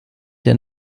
der